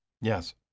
Yes